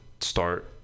start